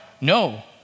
No